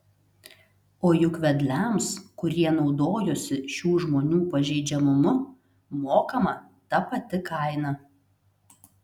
o juk vedliams kurie naudojosi šių žmonių pažeidžiamumu mokama ta pati kaina